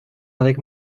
avec